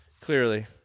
Clearly